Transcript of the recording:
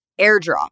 airdrop